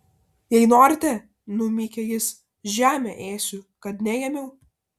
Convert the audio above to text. jei norite numykė jis žemę ėsiu kad neėmiau